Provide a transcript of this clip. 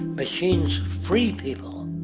machines free people.